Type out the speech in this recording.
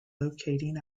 locating